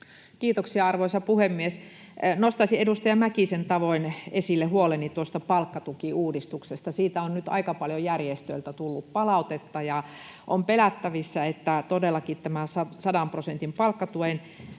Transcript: Kiitoksia, arvoisa puhemies! Nostaisin edustaja Mäkisen tavoin esille huoleni tuosta palkkatukiuudistuksesta. Siitä on nyt aika paljon järjestöiltä tullut palautetta, ja on pelättävissä, että todellakin tämä 100 prosentin palkkatuen